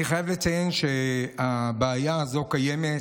אני חייב לציין שהבעיה הזאת קיימת,